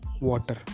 water